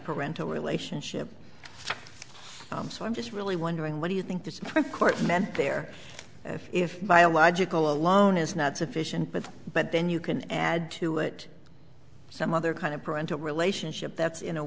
parental relationship so i'm just really wondering what do you think the court meant there if if biological alone is not sufficient but but then you can add to it some other kind of parental relationship that's in a